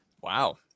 Wow